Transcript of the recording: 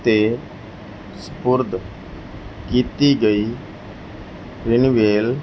ਅਤੇ ਸਪੁਰਦ ਕੀਤੀ ਗਈ ਰਿਨਵੇਲ